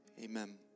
amen